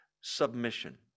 submission